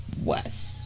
west